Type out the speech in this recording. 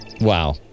Wow